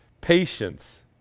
patience